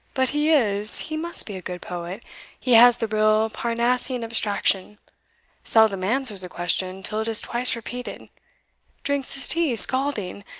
but he is he must be a good poet he has the real parnassian abstraction seldom answers a question till it is twice repeated drinks his tea scalding,